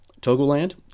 Togoland